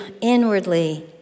inwardly